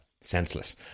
senseless